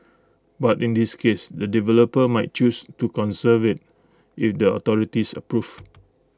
but in this case the developer might choose to conserve IT if the authorities approve